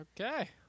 Okay